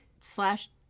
slash